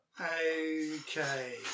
Okay